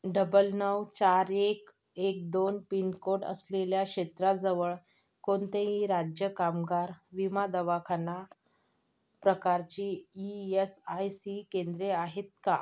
double नऊ चार एक एक दोन पिनकोड असलेल्या क्षेत्राजवळ कोणतेही राज्य कामगार विमा दवाखाना प्रकारची ई यस आय सी केंद्रे आहेत का